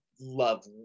love